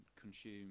consume